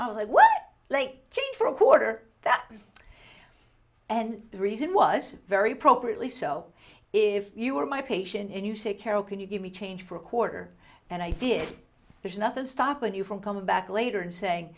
change for a quarter that and the reason was very properly so if you were my patient and you said carol can you give me change for a quarter and i did there's nothing stopping you from coming back later and saying